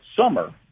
summer